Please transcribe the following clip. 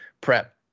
prep